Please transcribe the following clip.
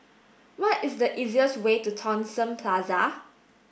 what is the easiest way to Thomson Plaza